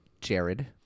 Jared